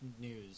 news